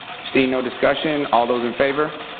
seeing no discussion, all those in favor?